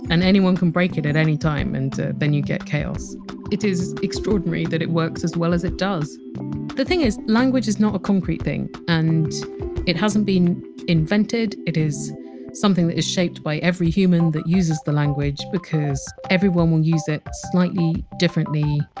and anyone can break it at any time, and then you get chaos it is extraordinary that it works as well as it does the thing is, language is not a concrete thing. and it hasn't been invented. it is something that is shaped by every human that uses the language because everyone will use it slightly differently,